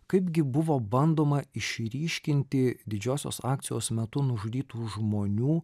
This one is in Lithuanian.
kaipgi buvo bandoma išryškinti didžiosios akcijos metu nužudytų žmonių